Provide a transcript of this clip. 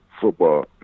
football